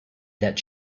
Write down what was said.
that